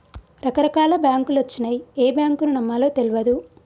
రకరకాల బాంకులొచ్చినయ్, ఏ బాంకును నమ్మాలో తెల్వదు